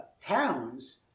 towns